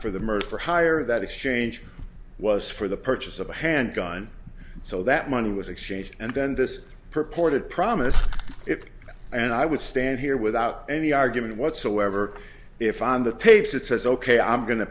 for the murder for hire that exchange was for the purchase of a handgun so that money was exchanged and then this purported promise it and i would stand here without any argument whatsoever if on the tapes it says ok i'm go